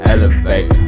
Elevate